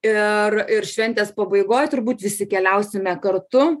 ir ir šventės pabaigoj turbūt visi keliausime kartu